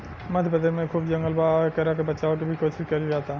मध्य प्रदेश में भी खूब जंगल बा आ एकरा के बचावे के भी कोशिश कईल जाता